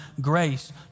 grace